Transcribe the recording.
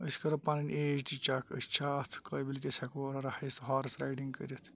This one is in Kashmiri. أسۍ کَرَو پَنٕنۍ ایج تہِ چٮ۪ک أسۍ چھا اتھ قٲبِل کہِ أسۍ ہیٚکو ہارٕس رایڈِنٛگ کٔرِتھ